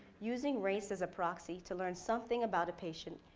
using race as a proxy to learn something about a patient,